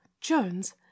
Jones